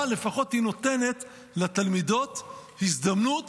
אבל לפחות ניתנת לתלמידות הזדמנות